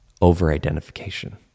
over-identification